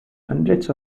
hundreds